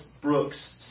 Brooks